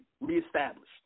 reestablished